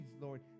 Lord